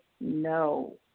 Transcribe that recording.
no